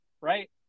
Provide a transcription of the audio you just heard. right